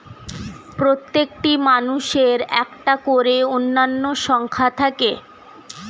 প্রত্যেকটি মানুষের একটা করে অনন্য সংখ্যা থাকে